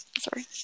Sorry